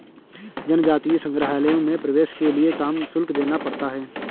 जनजातीय संग्रहालयों में प्रवेश के लिए काम शुल्क देना पड़ता है